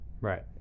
Right